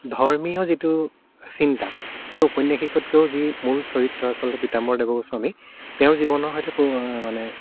ধৰ্মীয় যিটো চিন্তা সেইটো উপন্যাসিকতকৈও যি মূল চৰিত্ৰ আচলতে পীতাম্বৰ দেৱগোস্বামী তেওঁৰ জীৱনৰ সৈতে মানে